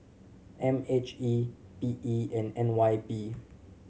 M H E P E and N Y P